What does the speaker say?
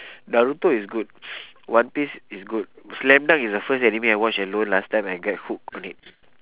naruto is good one piece is good slam dunk is the first anime I watch alone last time and get hook on it